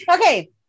Okay